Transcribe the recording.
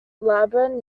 laban